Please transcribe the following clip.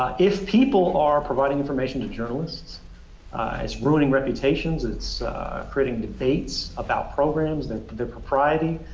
ah if people are providing information to journalists is ruining reputations, it's creating debates about programs that their propriety,